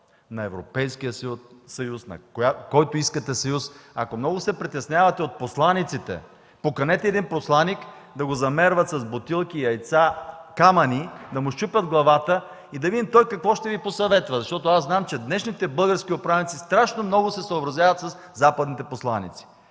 на Европейския съюз, на който искате съюз. Ако много се притеснявате от посланиците, поканете един посланик – да го замерват с бутилки, яйца, камъни, да му счупят главата и да видим той какво ще Ви посъветва. Аз знам, че днешните български управници страшно много се съобразяват със западните посланици.